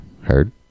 Heard